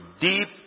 deep